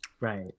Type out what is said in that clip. Right